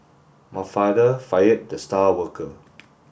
my father fired the star worker